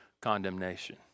condemnation